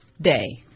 day